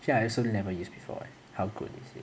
actually I also never use before eh how good is it